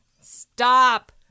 Stop